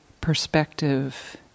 perspective